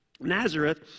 Nazareth